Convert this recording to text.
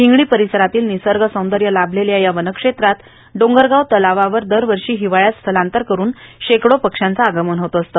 हिंगणी परिसरातील निसर्गसौंदर्य लाभलेल्या वनक्षेत्रात वसलेल्या डोंगरगाव तलावावर दरवर्षी हिवाळ्यात स्थलांतर करून शेकडो पक्ष्यांचे आगमन होत असते